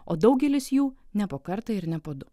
o daugelis jų ne po kartą ir ne po du